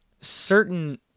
certain